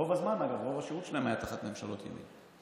אגב, רוב השירות שלהם היה תחת ממשלות ימין,